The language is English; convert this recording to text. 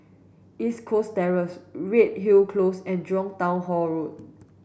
East Coast Terrace Redhill Close and Jurong Town Hall Road